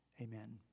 Amen